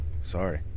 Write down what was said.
sorry